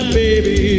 baby